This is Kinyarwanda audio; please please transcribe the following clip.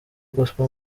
gospel